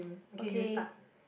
okay